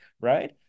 Right